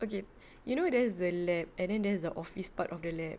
okay you know there's the lab and then there's the office part of the lab